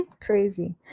crazy